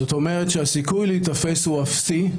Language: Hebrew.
זאת אומרת שהסיכוי להיתפס הוא אפסי,